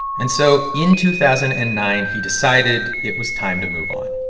and so in two thousand and nine, he decided it was time to move on.